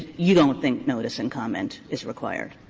you don't think notice and comment is required.